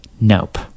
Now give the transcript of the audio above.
Nope